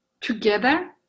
Together